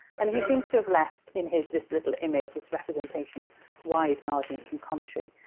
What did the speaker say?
and he seems to have left in his, this little image, this representation wide margins for commentary.